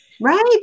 Right